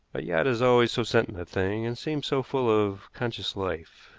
a yacht is always so sentient a thing, and seems so full of conscious life.